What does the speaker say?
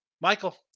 Michael